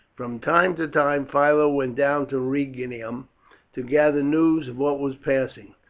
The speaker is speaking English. from time to time philo went down to rhegium to gather news of what was passing.